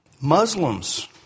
Muslims